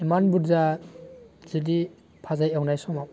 इमान बुरजा जुदि भाजा एवनाय समाव